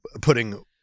putting